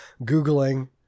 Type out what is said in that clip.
Googling